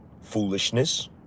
foolishness